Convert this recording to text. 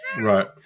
Right